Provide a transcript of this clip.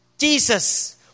Jesus